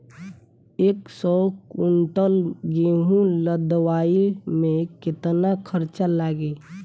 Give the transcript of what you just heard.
एक सौ कुंटल गेहूं लदवाई में केतना खर्चा लागी?